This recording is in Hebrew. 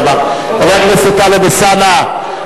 חבר הכנסת טלב אלסאנע,